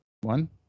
one